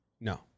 No